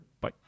Bye